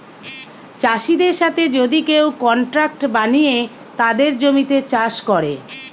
চাষিদের সাথে যদি কেউ কন্ট্রাক্ট বানিয়ে তাদের জমিতে চাষ করে